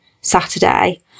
Saturday